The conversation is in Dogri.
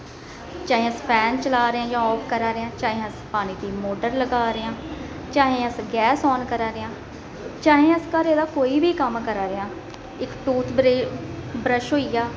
चाहे अस फैन चला ने आं जां आफ करा दे आं चाहे अस पानी दी मोटर लगा रे आं चाहे अस गैस आन करा दे आं चाहे अस घरा दा कोई बी कम्म करा दे आं इक टूथ ब्रे ब्रश होई गेआ